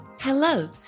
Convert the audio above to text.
Hello